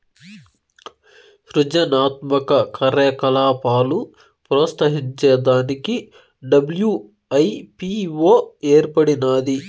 సృజనాత్మక కార్యకలాపాలు ప్రోత్సహించే దానికి డబ్ల్యూ.ఐ.పీ.వో ఏర్పడినాది